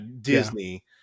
Disney